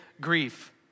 grief